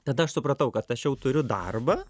tada aš supratau kad aš jau turiu darbą